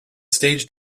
stage